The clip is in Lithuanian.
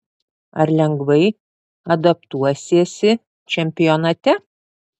ar lengvai adaptuosiesi čempionate